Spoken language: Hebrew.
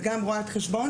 אני גם רואת חשבון